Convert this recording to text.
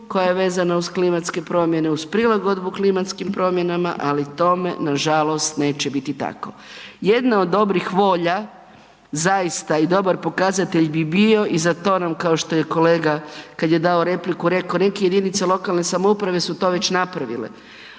koja je vezana uz klimatske promjene, uz prilagodbu klimatskim promjenama, ali tome nažalost neće biti tako. Jedna od dobrih volja, zaista i dobar pokazatelj bi bio i za to nam kao što je kolega kad je dao repliku rekao neke jedinice lokalne samouprave su to već napravile,